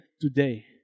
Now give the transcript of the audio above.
today